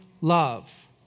love